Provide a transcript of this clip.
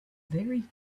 very